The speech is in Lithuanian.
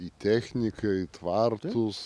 į techniką į tvartus